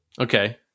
Okay